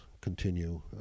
continue